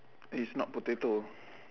it's not potato